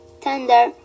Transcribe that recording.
tender